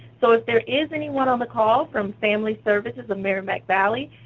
so if there is anyone on the call from family services of merrimack valley,